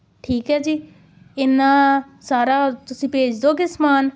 ਠੀਕ ਹੈ ਜੀ ਇੰਨਾ ਸਾਰਾ ਤੁਸੀਂ ਭੇਜ ਦੇਵੋਗੇ ਸਮਾਨ